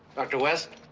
dr. west?